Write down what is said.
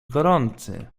gorący